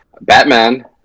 Batman